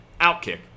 OutKick